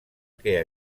que